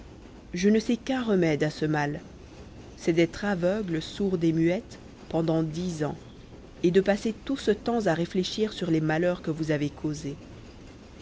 je ne sais qu'un remède à ce mal c'est d'être aveugle sourde et muette pendant dix ans et de passer tout ce temps à réfléchir sur les malheurs que vous avez causés